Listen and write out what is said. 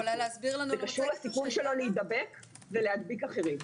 זה קשור לסיכון שלו להיבדק ולהדביק אחרים.